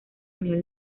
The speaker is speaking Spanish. unión